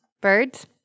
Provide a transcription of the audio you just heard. Birds